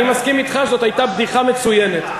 אני מסכים אתך, זאת הייתה בדיחה מצוינת.